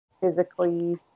physically